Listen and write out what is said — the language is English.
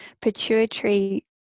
pituitary